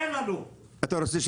אין לנו,